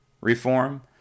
reform